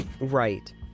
Right